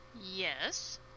Yes